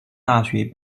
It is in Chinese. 大学